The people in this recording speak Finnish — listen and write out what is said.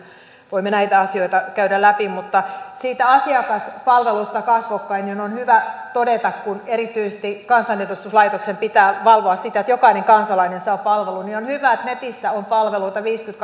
voimme näitä asioita käydä läpi siitä asiakaspalvelusta kasvokkain on hyvä todeta kun erityisesti kansanedustuslaitoksen pitää valvoa sitä että jokainen kansalainen saa palvelua että on hyvä että netissä on palveluita viisikymmentäkaksi